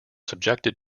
subjected